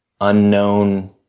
unknown